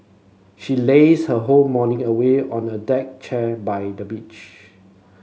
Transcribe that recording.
she lazed her whole morning away on a deck chair by the beach